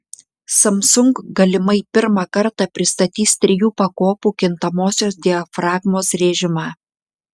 samsung galimai pirmą kartą pristatys trijų pakopų kintamosios diafragmos rėžimą